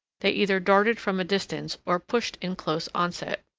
they either darted from a distance, or pushed in close onset.